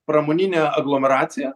pramoninė aglomeracija